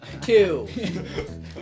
Two